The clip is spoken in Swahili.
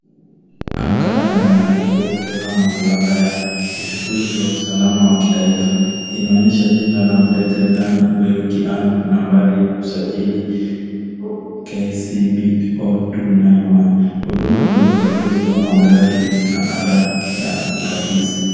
Ankara ya malipo kutoka mamlaka ya uchukuzi wa usalama wa kitaifa. Inaonyesha jina la mteja Dan Oyugi Ann, nambari ya usajili KCB 0291. Huduma za ukaguzi wa magari na ada ya urahisi.